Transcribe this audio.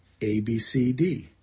ABCD